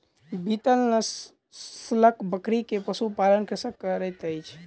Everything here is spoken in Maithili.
बीतल नस्लक बकरी के पशु पालन कृषक करैत अछि